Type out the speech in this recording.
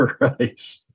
right